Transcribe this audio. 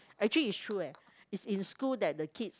actually it's true leh it's in school that the kids